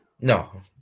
No